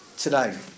Today